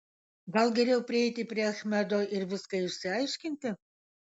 gal geriau prieiti prie achmedo ir viską išsiaiškinti